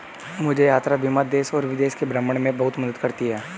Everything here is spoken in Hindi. मुझे यात्रा बीमा देश और विदेश के भ्रमण में बहुत मदद करती है